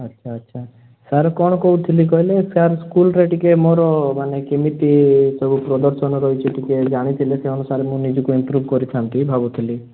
ଆଚ୍ଛା ଆଚ୍ଛା ସାର୍ କ'ଣ କହୁଥିଲି କହିଲେ ସାର୍ ସ୍କୁଲରେ ଟିକେ ମୋର ମାନେ କେମିତି ସବୁ ପ୍ରଦର୍ଶନ ରହିଛି ଟିକିଏ ଜାଣିଥିଲେ ସେହି ଅନୁସାରେ ମୁଁ ନିଜକୁ ଇମ୍ପ୍ରୁଭ୍ କରିଥାନ୍ତି ଭାବୁଥିଲି